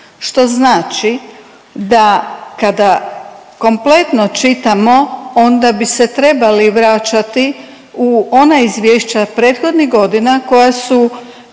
što znači da kada kompletno čitamo, onda bi se trebali vraćati u ona izvješća prethodnih godina koja su